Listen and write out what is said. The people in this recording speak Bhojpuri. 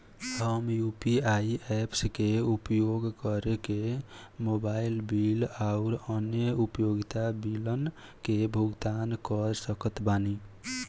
हम यू.पी.आई ऐप्स के उपयोग करके मोबाइल बिल आउर अन्य उपयोगिता बिलन के भुगतान कर सकत बानी